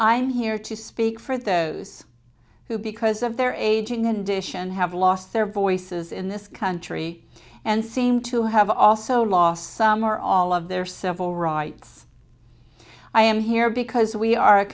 am here to speak for those who because of their aging in addition have lost their voices in this country and seem to have also lost some or all of their civil rights i am here because we are a